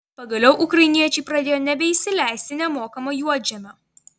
pagaliau ukrainiečiai pradėjo nebeįsileisti nemokamo juodžemio